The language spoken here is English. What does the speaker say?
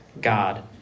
God